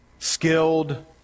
skilled